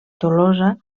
tolosa